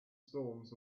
storms